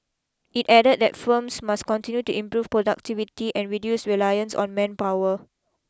it added that firms must continue to improve productivity and reduce reliance on manpower